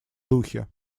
духе